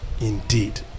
indeed